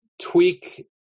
tweak